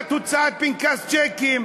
עמלת הוצאת פנקס צ'קים.